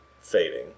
fading